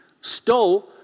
stole